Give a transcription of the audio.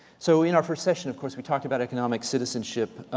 so in our first session, of course, we talked about economic citizenship.